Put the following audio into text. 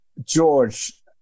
George